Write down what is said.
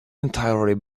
entirely